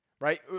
right